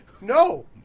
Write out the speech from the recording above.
no